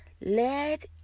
let